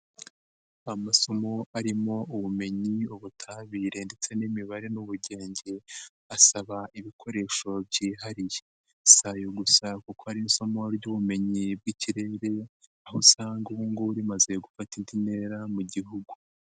Amasomo arimo ubumenyi, ubutabire ndetse n'imibare n'ubugenge, asaba ibikoresho byihariye, si ayo gusa kuko hari isomo ry'ubumenyi bw'ikirere aho usanga ubu ngubu rimaze gufata indi ntera mu gihugu.